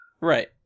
right